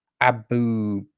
Abu